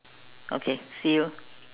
okay see you